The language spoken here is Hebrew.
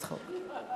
בצחוק.